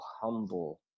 humble